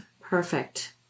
Perfect